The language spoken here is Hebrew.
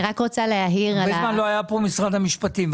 הרבה זמן לא היה כאן משרד המשפטים.